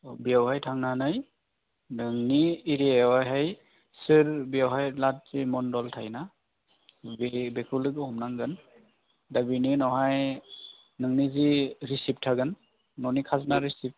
बेयावहाय थांनानै नोंनि एरियाआवहाय सोर बेवहाय लाट जि मन्दल थायोना बे बेखौ लोगो हमनांगोन दा बेनि उनावहाय नोंनि जि रिसिप्ट थागोन न'नि खाजोना रिसिप्ट